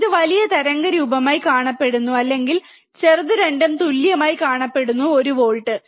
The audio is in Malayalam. ഇത് വലിയ തരംഗരൂപമായി കാണപ്പെടുന്നു അല്ലെങ്കിൽ ചെറുത് രണ്ടും തുല്യമായി കാണപ്പെടുന്ന ഒരു വോൾട്ട്